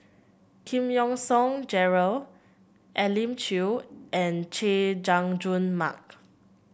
Giam Yean Song Gerald Elim Chew and Chay Jung Jun Mark